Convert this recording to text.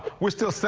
we're still still